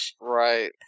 Right